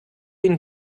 ihn